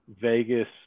Vegas